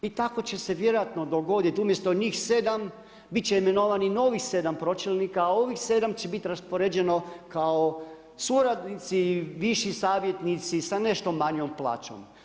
I tako će se vjerojatno dogoditi umjesto njih 7 bit će imenovani novih 7 pročelnika, a ovih 7 će biti raspoređeno kao suradnici i viši savjetnici sa nešto manjom plaćom.